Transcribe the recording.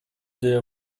для